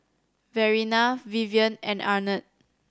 Verena Vivien and Arnett